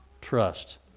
trust